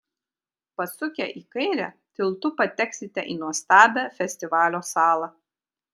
pasukę į kairę tiltu pateksite į nuostabią festivalio salą